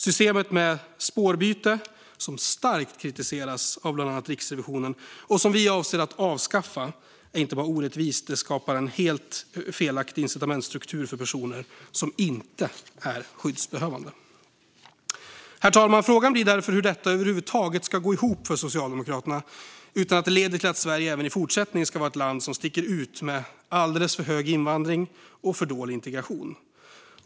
Systemet med spårbyte, som starkt har kritiserats av bland annat Riksrevisionen och som vi avser att avskaffa, är inte bara orättvist, utan det skapar en helt felaktig incitamentsstruktur för personer som inte är skyddsbehövande. Herr talman! Frågan blir därför hur detta över huvud taget ska gå ihop för Socialdemokraterna utan att det leder till att Sverige även i fortsättningen ska vara ett land som sticker ut med alldeles för hög invandring och för dålig integration.